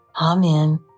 Amen